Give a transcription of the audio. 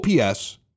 OPS